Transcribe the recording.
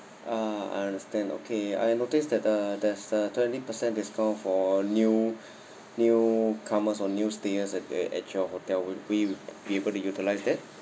uh I understand okay I noticed that uh there's a twenty percent discount for new newcomers or new stay as at at your hotel would we be able to utilise that